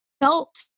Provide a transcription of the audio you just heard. Felt